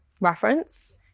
reference